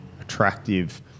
attractive